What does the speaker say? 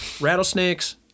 rattlesnakes